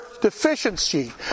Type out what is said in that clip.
deficiency